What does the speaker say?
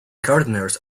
gardeners